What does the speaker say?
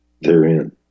therein